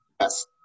Yes